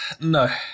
No